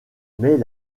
mais